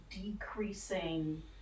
decreasing